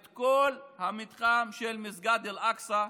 את כל המתחם של מסגד אל-אקצא,